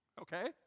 Okay